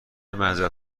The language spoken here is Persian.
معذرت